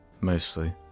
Mostly